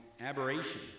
aberration